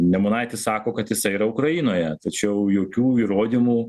nemunaitis sako kad jisai yra ukrainoje tačiau jokių įrodymų